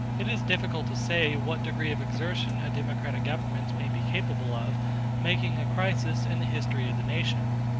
it is difficult to say what degree of exertion a democratic government may be capable of making a crisis in the history of the nation.